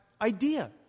idea